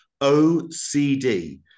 OCD